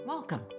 Welcome